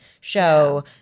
show